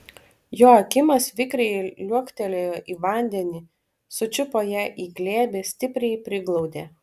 joakimas vikriai liuoktelėjo į vandenį sučiupo ją į glėbį stipriai priglaudė